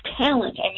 talent